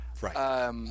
right